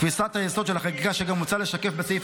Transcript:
תפיסת היסוד של החקיקה שגם מוצע לשקף בסעיף